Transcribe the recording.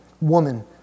Woman